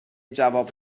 جواب